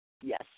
Yes